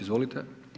Izvolite.